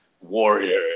warrior